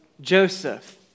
Joseph